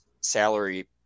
salary